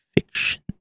fiction